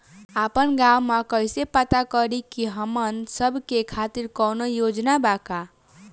आपन गाँव म कइसे पता करि की हमन सब के खातिर कौनो योजना बा का?